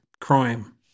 crime